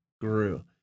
grew